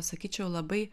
sakyčiau labai